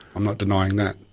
i'm not denying that.